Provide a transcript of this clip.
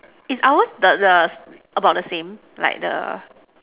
is ours the the about the same like the